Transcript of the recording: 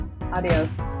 Adios